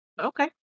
Okay